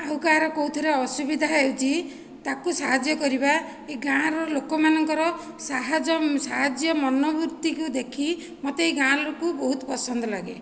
ଆଉ କାହାର କେଉଁଥିରେ ଅସୁବିଧା ହେଉଛି ତାକୁ ସାହାଯ୍ୟ କରିବା ଏହି ଗାଁର ଲୋକମାନଙ୍କର ସାହାଯ୍ୟ ସାହାଯ୍ୟ ମନବୃତ୍ତିକୁ ଦେଖି ମୋତେ ଏଇ ଗାଆଁ ଲୋକକୁ ବହୁତ ପସନ୍ଦ ଲାଗେ